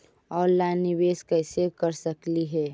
Online निबेस कैसे कर सकली हे?